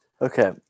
Okay